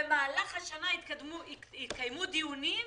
במהלך השנה יתקיימו דיונים,